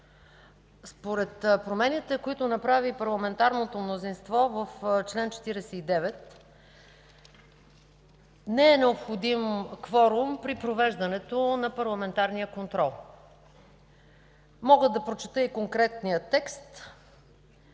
Според промените, които са направили парламентарното мнозинство в чл. 49, не е необходим кворум при провеждането на парламентарния контрол. Мога да прочета конкретния текст: